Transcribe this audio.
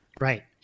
Right